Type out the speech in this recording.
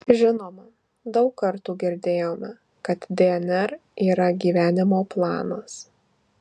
žinoma daug kartų girdėjome kad dnr yra gyvenimo planas